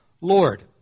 Lord